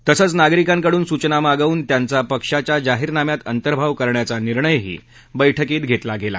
तसंच नागरिकांकडून सूचना मागवून त्यांचा पक्षाच्या जाहीरनाम्यात अंतर्भाव करण्याचा निर्णयही या बैठकीत झाला